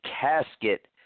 casket